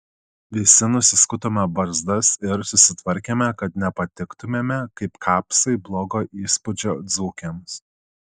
visi nusiskutome barzdas ir susitvarkėme kad nepatiktumėme kaip kapsai blogo įspūdžio dzūkėms